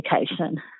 education